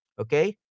Okay